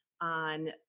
on